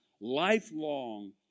lifelong